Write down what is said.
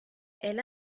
elle